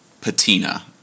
patina